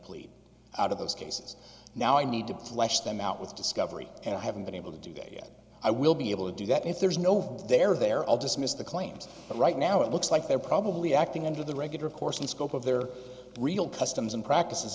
plead out of those cases now i need to lash them out with discovery and i haven't been able to do that yet i will be able to do that if there's no there there i'll just miss the claims but right now it looks like they're probably acting under the regular course and scope of their real customs and practices